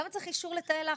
למה צריך אישור לתאי לחץ?